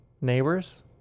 neighbors